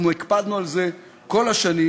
אנחנו הקפדנו על זה כל השנים,